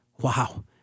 Wow